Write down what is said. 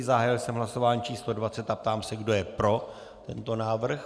Zahájil jsem hlasování číslo 20 a ptám se, kdo je pro tento návrh.